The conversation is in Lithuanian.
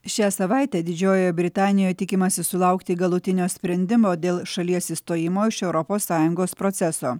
šią savaitę didžiojoje britanijoj tikimasi sulaukti galutinio sprendimo dėl šalies išstojimo iš europos sąjungos proceso